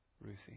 Ruthie